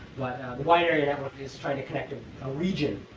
but the wide area network is trying to connect to a region,